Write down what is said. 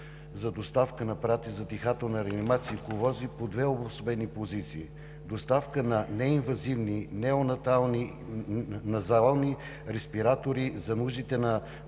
за доставка на апарати за дихателна реанимация и кувьози по две обособени позиции – доставка неинвазивни неонатални и назални респиратори за нуждите на